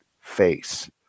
face